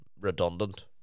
redundant